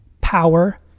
power